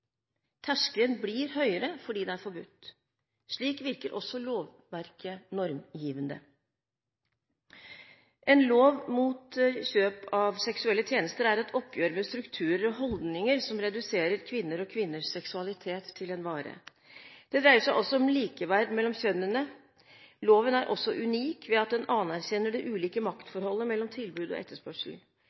Terskelen blir høyere fordi det er forbudt. Slik virker også lovverket normgivende. En lov mot kjøp av seksuelle tjenester er et oppgjør med strukturer og holdninger som reduserer kvinner og kvinners seksualitet til en vare. Det dreier seg også om likeverd mellom kjønnene. Loven er også unik ved at den anerkjenner det ulike maktforholdet mellom tilbud og etterspørsel.